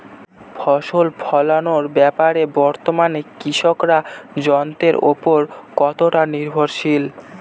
ফসল ফলানোর ব্যাপারে বর্তমানে কৃষকরা যন্ত্রের উপর কতটা নির্ভরশীল?